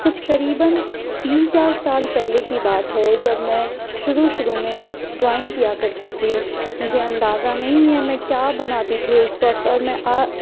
کچھ قریباً تین چار سال پہلے کی بات ہے جب میں شروع شروع میں ڈرائنگ کیا کرتی تھی مجھے اندازہ نہیں ہے میں کیا بناتی تھی اس وقت اور میں آج